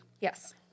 Yes